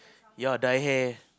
ya dye hair